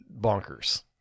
bonkers